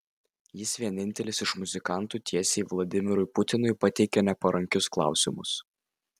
jis vienintelis iš muzikantų tiesiai vladimirui putinui pateikia neparankius klausimus